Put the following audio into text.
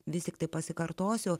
visi taip pasikartosiu